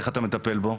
איך אתה מטפל בו?